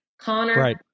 Connor